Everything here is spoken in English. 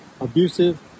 abusive